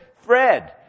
Fred